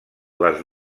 les